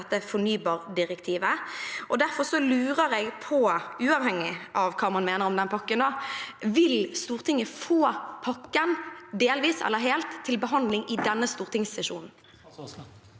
dette fornybardirektivet. Derfor lurer jeg på, uavhengig av hva man mener om den pakken: Vil Stortinget få pakken – delvis eller i sin helhet – til behandling i denne stortingssesjonen?